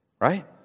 Right